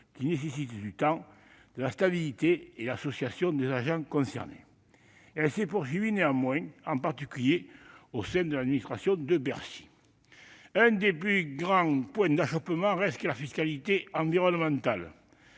qui nécessite du temps, de la stabilité et l'association des agents concernés. Elle s'est poursuivie néanmoins, en particulier au sein de l'administration de Bercy. L'un des principaux points d'achoppement reste la fiscalité environnementale